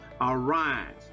Arise